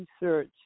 research